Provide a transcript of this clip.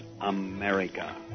America